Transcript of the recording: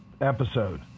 episode